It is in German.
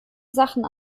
sachen